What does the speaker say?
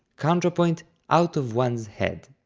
counterpoint out of one's head.